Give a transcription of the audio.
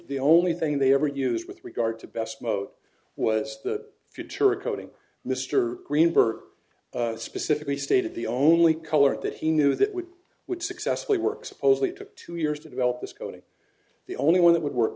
the only thing they ever used with regard to best mode was the future of coding mr greenberg specifically stated the only color that he knew that would would successfully work suppose they took two years to develop this coding the only one that would work